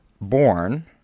born